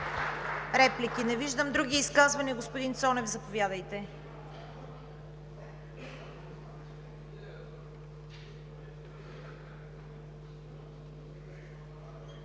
Реплики? Не виждам. Други изказвания? Господин Цонев, заповядайте.